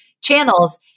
channels